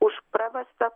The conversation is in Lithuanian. už pravestą